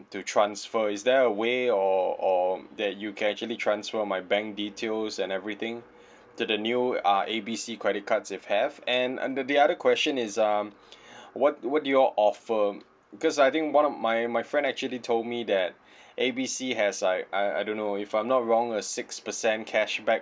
to transfer is there a way or or that you can actually transfer my bank details and everything to the new uh A B C credit cards if have and uh the other question is um what what do you all offer because I think one of my my friend actually told me that A B C has like I I don't know if I'm not wrong a six percent cashback